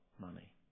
money